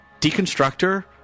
Deconstructor